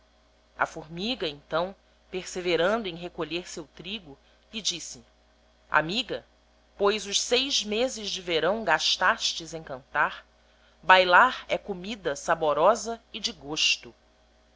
a formiga então perseverante em recolher seu trigo he disse amiga pois os seis mezes de veraó gastastes em cantar bailar he comida saborosa e de gos